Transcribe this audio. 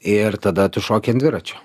ir tada tu šoki ant dviračio